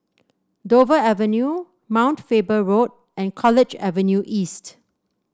Dover Avenue Mount Faber Road and College Avenue East